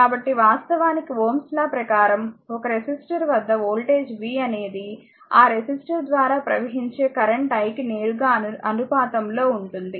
కాబట్టి వాస్తవానికి Ω's లాΩ's law ప్రకారం ఒక రెసిస్టర్ వద్ద వోల్టేజ్ v అనేది ఆ రెసిస్టర్ ద్వారా ప్రవహించే కరెంట్ i కి నేరుగా అనుపాతంలో ఉంటుంది